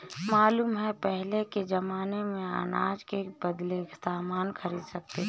मालूम है पहले के जमाने में अनाज के बदले सामान खरीद सकते थे